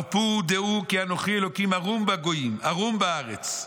הרפו ודעו כי אנכי אלהים ארום בגוים ארום בארץ".